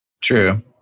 True